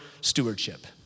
stewardship